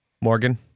Morgan